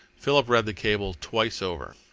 philip read the cable twice over.